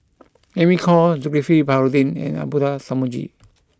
Amy Khor Zulkifli Baharudin and Abdullah Tarmugi